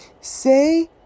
say